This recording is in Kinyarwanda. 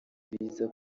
biza